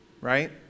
right